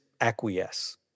acquiesce